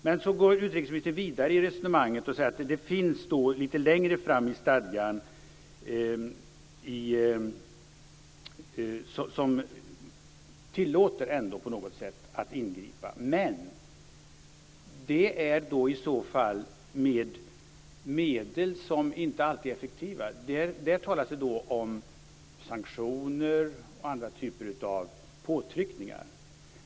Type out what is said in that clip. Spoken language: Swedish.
Men så går utrikesministern vidare i resonemanget och säger att det längre fram i stadgan finns sådant på något sätt ändå tillåter att man ingriper. I så fall är det dock med medel som inte alltid är effektiva. Det talas om sanktioner och andra typer av påtryckningar.